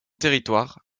territoire